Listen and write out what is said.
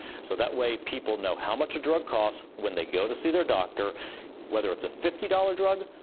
so that way people know how much a drug cost when they go to see their doctor and whether it is a fifty dollars drug,